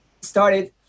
started